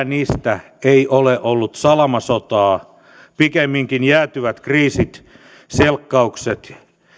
niistä ei ole ollut salamasotaa pikemminkin jäätyvät kriisit selkkaukset